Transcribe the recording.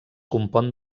compon